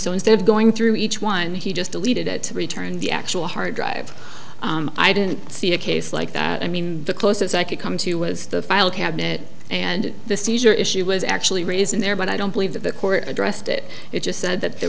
so instead of going through each one he just deleted it returned the actual hard drive i didn't see a case like that i mean the closest i could come to was the file cabinet and the seizure issue was actually raised in there but i don't believe that the court addressed it it just said that there